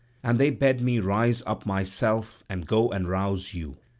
and they bade me rise up myself and go and rouse you,